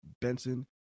Benson